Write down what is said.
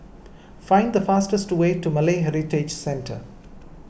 find the fastest way to Malay Heritage Centre